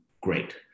great